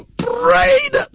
prayed